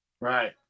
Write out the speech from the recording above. right